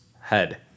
head